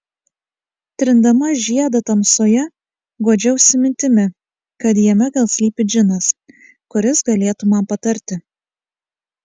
trindama žiedą tamsoje guodžiausi mintimi kad jame gal slypi džinas kuris galėtų man patarti